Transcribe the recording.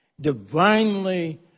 divinely